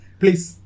please